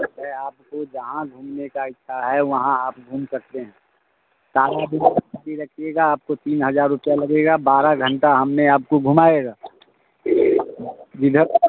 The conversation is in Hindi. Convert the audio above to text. अरे आपको जहाँ घूमने की इच्छा है वहाँ आप घूम सकते हैं ताला बिना चाभी रखिएगा आपको तीन हज़ार रुपये लगेगा बारह घंटा हमने आपको घूमाएगा जिधर